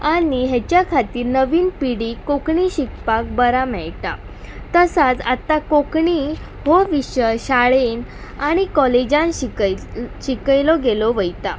आनी हेच्या खातीर नवीन पिडीक कोंकणी शिकपाक बरां मेळटा तसांच आतां कोंकणी हो विशय शाळेन आनी कॉलेजान शिकय शिकयलो गेलो वयता